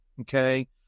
okay